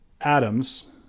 atoms